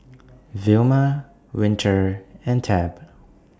Vilma Winter and Tab